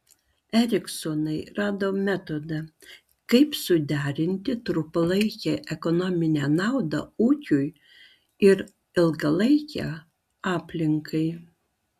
eriksonai rado metodą kaip suderinti trumpalaikę ekonominę naudą ūkiui ir ilgalaikę aplinkai